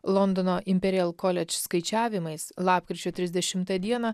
londono imperijal koledž skaičiavimais lapkričio trisdešimtą dieną